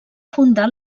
fundar